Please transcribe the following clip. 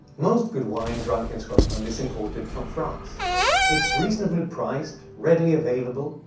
most good wine drunk in scotland is imported from from it's it's reasonably priced, readily available,